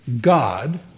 God